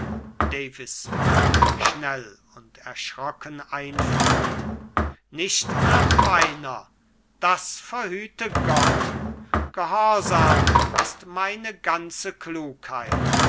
nicht nach meiner das verhüte gott gehorsam ist meine ganze klugheit